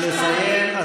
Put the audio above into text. נא לסיים.